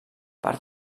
per